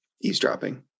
eavesdropping